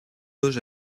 dos